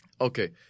Okay